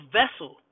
vessel